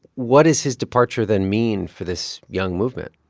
what does his departure then mean for this young movement?